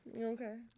Okay